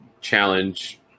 challenge